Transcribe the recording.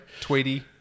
Tweety